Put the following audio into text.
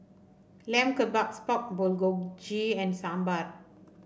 Lamb Kebabs Pork Bulgogi and Sambar